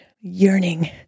yearning